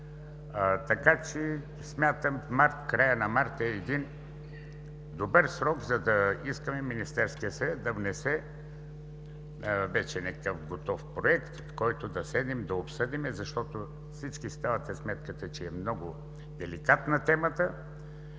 така че смятам, че края на март е един добър срок, за да искаме Министерският съвет да внесе вече някакъв готов проект, който да седнем и да обсъдим, защото всички си давате сметка, че е много деликатна темата,